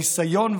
הניסיון,